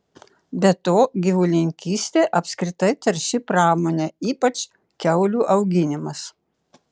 be to gyvulininkystė apskritai tarši pramonė ypač kiaulių auginimas